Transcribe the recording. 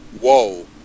whoa